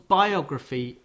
biography